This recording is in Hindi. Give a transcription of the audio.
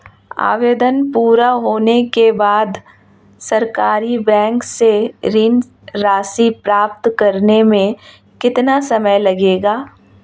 आवेदन पूरा होने के बाद सरकारी बैंक से ऋण राशि प्राप्त करने में कितना समय लगेगा?